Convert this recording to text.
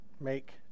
make